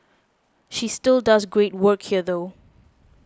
she still does great work here though